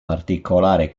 particolare